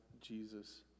Jesus